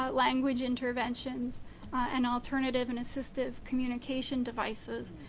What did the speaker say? um language intervention and alternative and assistive communication devices.